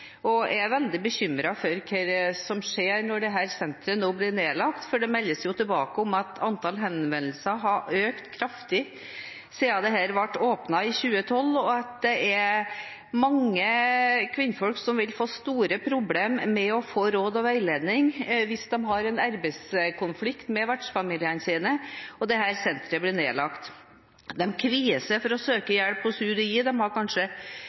Jeg er veldig bekymret for hva som skjer når dette senteret nå blir nedlagt, for det meldes tilbake om at antall henvendelser har økt kraftig siden det ble åpnet i 2012, og at det er mange kvinner som vil få store problemer med å få råd og veiledning hvis de har en arbeidskonflikt med vertsfamiliene sine og dette senteret blir nedlagt. De kvier seg for å søke hjelp hos UDI, de har kanskje